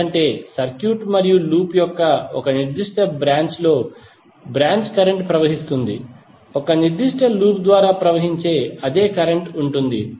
ఎందుకంటే సర్క్యూట్ మరియు లూప్ యొక్క ఒక నిర్దిష్ట బ్రాంచ్ లో బ్రాంచ్ కరెంట్ ప్రవహిస్తుంది ఒక నిర్దిష్ట లూప్ ద్వారా ప్రవహించే అదే కరెంట్ ఉంటుంది